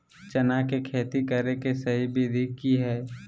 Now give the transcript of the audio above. चना के खेती करे के सही विधि की हय?